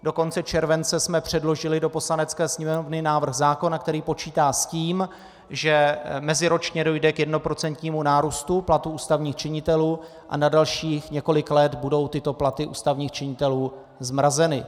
Do konce července jsme předložili do Poslanecké sněmovny návrh zákona, který počítá s tím, že meziročně dojde k 1% nárůstu platu ústavních činitelů a na dalších několik let budou tyto platy ústavních činitelů zmrazeny.